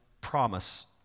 promise